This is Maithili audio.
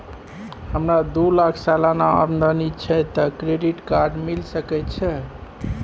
हमरा दू लाख सालाना आमदनी छै त क्रेडिट कार्ड मिल सके छै?